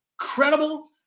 incredible